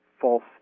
false